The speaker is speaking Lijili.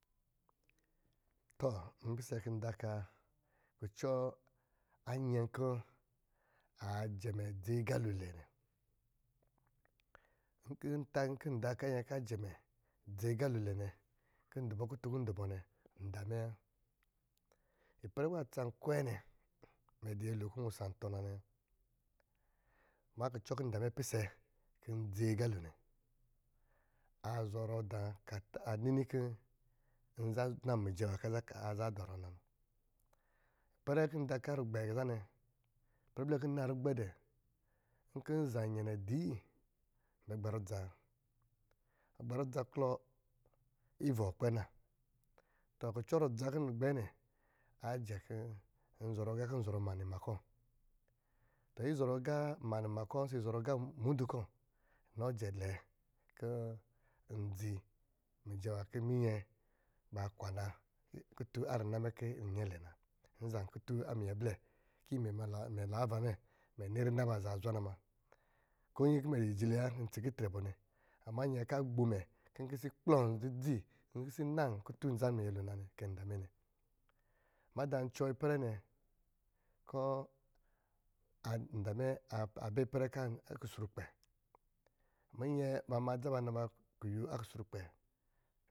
Tɔ npisɛ kɔ̄ ndaka kucɔ a nyɛn kɔ̄ ajɛ mɛ dzi agalo nɛ, nkɔ̄ nta kɔ̄ ndaka a nyɛ kɔ̄ ajɛmɛ dzi agalo lɛ nɛ kɔ̄ ndɔ̄ bɔ kutun kɔ̄ ndɔ̄ bɔ lɛ nda mɛ wa. Ipɛrɛ kɔ̄ ba tsan kwɛɛ nɛ mɛ dɔ̄ nyolo kɔ̄ nwusan atɔ̄ na nɛ wa, makucɔ kɔ̄ nda mɛ pisɛ kɔ̄ ndzi agalo nɛ, azɔrɔ dāā kɔ̄ a nini kɔ̄ nza nan mijɛ nwā kɔ̄ aza dɔrɔ nanɛ. Ipɛrɛ kɔ̄ ndaka arugbɛ̄ za nɛ nkɔ̄ nza innyɛnɛ dii, nbɛ gbɛ rija wa, ɔ gbɛ ridza klɔɔ ivɔ̄ ɔ kpɛ naa. Tɔ, kucɔ a ridza kɔ̄ n dɔ̄ gbɛ nɛ, inɔ jɛn zɔrɔ agā kɔ̄ n zɔrɔ ma ni ma kɔ̄. Izɔrɔ agā ma nima kɔ̄ ɔsɔ̄ izɔrɔ agā muudu kɔ̄ inɔ jɛn zɔrɔ agā lɛ kɔ̄ minyɛ ba kwa na nɛ na. Nzā kutun a mungɛblɛ kɔ̄ imɛ ma naavavamɛ kɔ̄ imɛ ma mɛ ni rina azaa zwana mna. Ama nyɛ kɔ̄ a agbo mɛ kɔ̄ n kisi kplɔn dzidzi, nkisi kplɔn zaminyɛ lo na nɛ kɛnda mɛ nɛ madā n cɔɔ ipɛrɛ kɔ̄ nda mɛ a bɛ kusru kpɛ minyɛ ba ma adza ba na ba kuyo a kusrukpɛ.